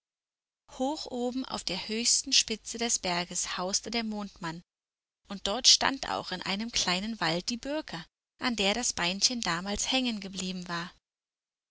hoch oben auf der höchsten spitze des berges hauste der mondmann und dort stand auch in einem kleinen wald die birke an der das beinchen damals hängengeblieben war